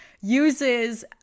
uses